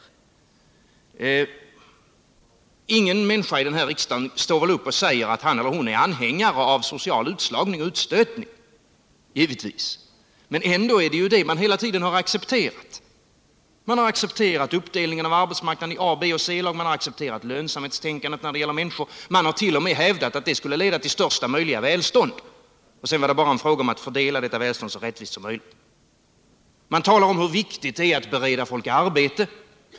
Givetvis står ingen här i riksdagen upp och säger att han eller hon är anhängare av social utslagning och utstötning. Men ändå är det vad man hela tiden accepterat. Man accepterar uppdelningen av arbetsmarknaden i A-, B och C-lag. Man har accepterat lönsamhetstänkandet när det gäller människor, och man hart.o.m. hävdat att det skulle leda till största möjliga välstånd och att det sedan bara var att fördela detta välstånd så rättvist som möjligt. Man talar om hur viktigt det är att bereda folk arbete.